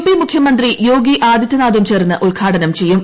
P മുഖ്യമന്ത്രി യോഗി ആദിത്യനാഥും ചേർന്ന് ഉദ്ഘാടനം ചെയ്യും